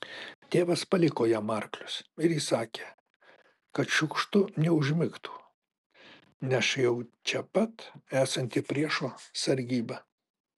tėvas paliko jam arklius ir įsakė kad šiukštu neužmigtų neš jau čia pat esanti priešo sargyba